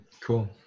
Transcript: cool